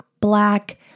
black